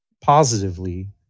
positively